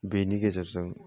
बेनि गेजेरजों